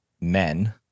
men